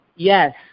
yes